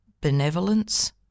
benevolence